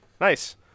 Nice